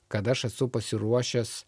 kad aš esu pasiruošęs